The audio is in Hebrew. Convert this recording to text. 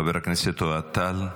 חבר הכנסת אוהד טל,